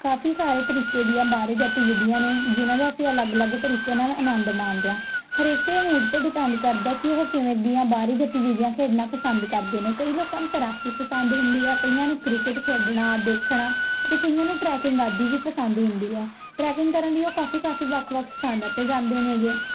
ਕਾਫੀ ਸਾਰੇ ਤਰੀਕੇ ਦੀਆਂ ਬਾਹਰੀ ਗਤੀਵਿਧੀਆਂ ਨੇ ਜਿਹਨਾਂ ਦਾ ਅਸੀਂ ਅਲੱਗ ਅਲੱਗ ਤਰੀਕੇ ਨਾਲ ਅਨੰਦ ਮਾਣਦੇ ਹਾਂ ਹਰੇਕ ਦੇ ਮੂਡ 'ਤੇ ਡਿਪੈਂਡ ਕਰਦਾ ਕਿ ਓਹ ਕਿਵੇਂ ਦੀਆਂ ਬਾਹਰੀ ਗਤੀਵਿਧੀਆਂ ਖੇਡਣਾ ਪਸੰਦ ਕਰਦੇ ਨੇ ਕਈ ਲੋਕਾਂ ਨੂੰ ਤੈਰਾਕੀ ਪਸੰਦ ਹੁੰਦੀ ਹੈ ਕਈਆਂ ਨੂੰ ਕ੍ਰਿਕਟ ਖੇਡਣਾ ਦੇਖਣਾ ਅਤੇ ਕਈਆਂ ਨੂੰ ਟਰੈਕਿੰਗ ਆਦਿ ਵੀ ਪਸੰਦ ਹੁੰਦੀ ਹੈ ਟਰੈਕਿੰਗ ਕਰਨ ਲਈ ਉਹ ਕਾਫੀ ਵੱਖ ਵੱਖ ਸਥਾਨਾਂ 'ਤੇ ਜਾਂਦੇ ਨੇਗੇ